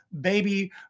Baby